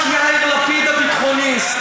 רק יאיר לפיד הביטחוניסט.